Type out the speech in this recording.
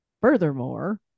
furthermore